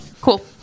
cool